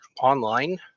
online